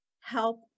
help